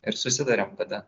ir susitariam kada